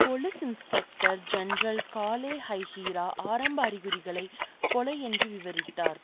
police inspector general Kale Kayihura ஆரம்ப அறிகுறிகளைக் கொலை என்று விவரித்தார்